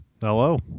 Hello